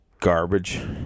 garbage